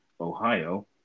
Ohio